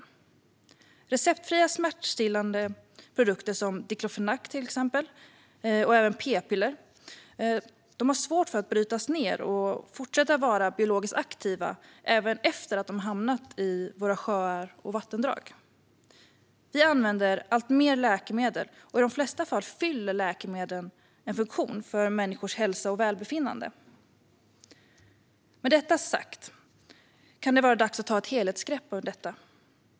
Till exempel är den receptfria smärtstillande substansen diklofenak och p-piller svåra att bryta ned, och de fortsätter att vara biologiskt aktiva även efter att de har hamnat i våra sjöar och vattendrag. Vi använder alltmer läkemedel, och i de flesta fall fyller läkemedel en funktion för människors hälsa och välbefinnande. Men med detta sagt kan det vara dags att ta ett helhetsgrepp om det här.